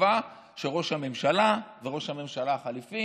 בתקווה שראש הממשלה וראש הממשלה החליפי